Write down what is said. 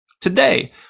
Today